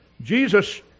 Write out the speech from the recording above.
jesus